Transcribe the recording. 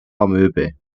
amöbe